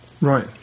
Right